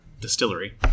distillery